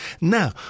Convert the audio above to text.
Now